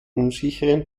unsicheren